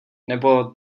nebo